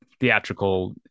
theatrical